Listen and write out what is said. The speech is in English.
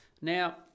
Now